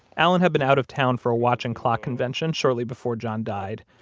allen have been out of town for a watch and clock convention shortly before john died,